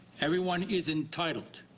everyone is entitled